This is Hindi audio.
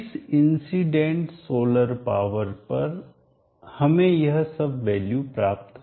किस इंसिडेंट सोलर पावर पर हमें यह सब वैल्यू प्राप्त होगी